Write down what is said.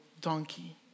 donkey